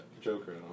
Joker